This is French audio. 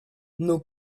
nos